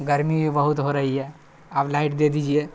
گرمی بھی بہت ہو رہی ہے آپ لائٹ دے دیجیے